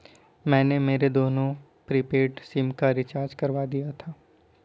मैंने मेरे दोनों प्रीपेड सिम का रिचार्ज करवा दिया था